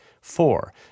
Four